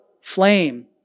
flame